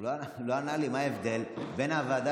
הוא לא ענה לי מה ההבדל בין הוועדה